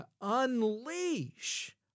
unleash